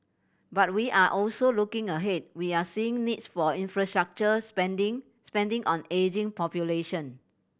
but we are also looking ahead we are seeing needs for infrastructure spending spending on ageing population